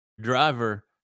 driver